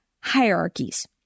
hierarchies